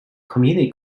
community